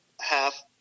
half